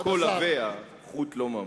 הקול עבה, החוט לא ממש.